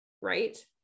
Right